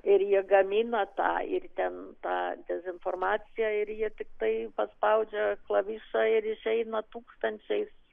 ir jie gamina tą ir ten tą dezinformaciją ir jie tiktai paspaudžia klavišą ir išeina tūkstančiais